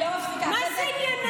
היא השרה לקידום מעמד האישה.